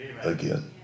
again